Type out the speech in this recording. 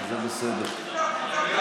אם כן,